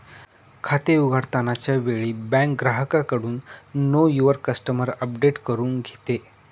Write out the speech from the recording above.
खाते उघडताना च्या वेळी बँक ग्राहकाकडून नो युवर कस्टमर अपडेट करून घेते